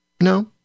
No